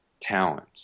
talents